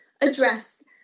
address